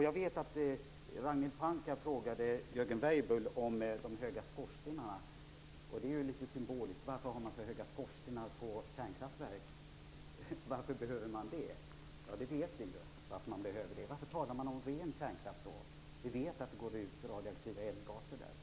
Ragnhild Pohanka har frågat Peter Weibull Bernström om de höga skorstenarna. Det här är ju något av en symbol. Varför är skorstenarna så höga på kärnkraftverk? Varför behöver det vara så? Vi vet varför det behövs. Men varför talar man då om ren kärnkraft? Vi vet ju att det kommer ut radioaktiva eldgaser.